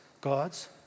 God's